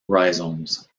rhizomes